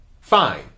fine